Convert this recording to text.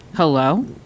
hello